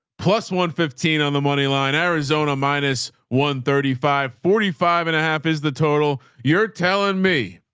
plus one fifteen on the moneyline arizona, minus one thirty five, forty five and a half is the total. you're telling me